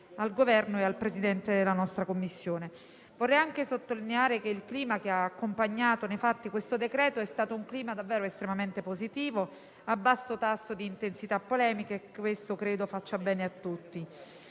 al Governo tutto e al Presidente della nostra Commissione. Vorrei anche sottolineare che il clima che ha accompagnato nei fatti il decreto-legge in esame è stato davvero estremamente positivo, a basso tasso di intensità polemiche - e questo credo faccia bene a tutti